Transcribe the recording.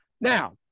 Now